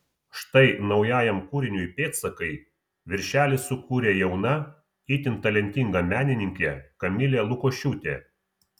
štai naujajam kūriniui pėdsakai viršelį sukūrė jauna itin talentinga menininkė kamilė lukošiūtė